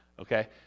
Okay